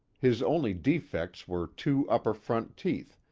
his only defects were two upper front teeth,